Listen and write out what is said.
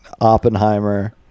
oppenheimer